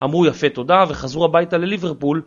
אמרו יפה תודה וחזרו הביתה לליברפול.